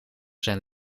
zijn